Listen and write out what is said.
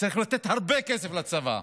וצריך לתת הרבה כסף לצבא,